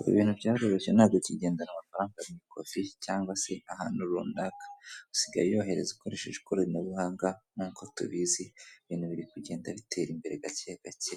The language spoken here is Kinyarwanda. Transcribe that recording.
Ibi ibintu byaroroshye, ntabwo ukigendanda amafaranga mu ikofi cyangwa se ahantu runaka, usigaye uyohereza ukoresheje ikoranabuhanga, nkuko tubizi, ibintu biri kugenda bitera imbere gake gake,